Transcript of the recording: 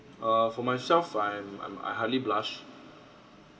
uh for myself I'm I'm I hardly blush